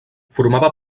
formava